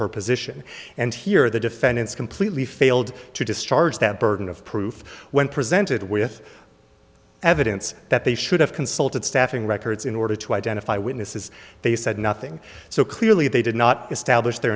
her position and here the defendant's completely failed to discharge that burden of proof when presented with evidence that they should have consulted staffing records in order to identify witnesses they said nothing so clearly they did not establish their